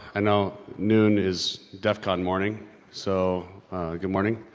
i know noon is defcon morning so good morning.